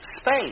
space